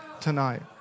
tonight